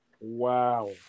Wow